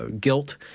guilt